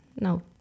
no